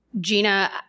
Gina